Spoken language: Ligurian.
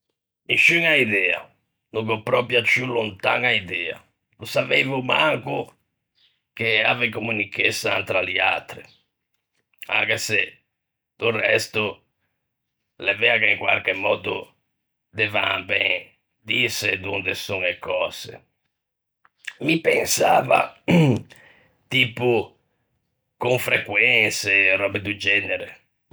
Nisciuña idea, no gh'ò pròpio a ciù lontaña idea, no saveivo manco che e ave communichessan tra liatre, anche se, do resto, l'é vea che in quarche mòddo devan ben dîse donde son e cöse; mi pensava tipo con frequense, röbe do genere.